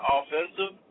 offensive